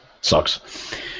sucks